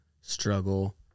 struggle